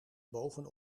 boven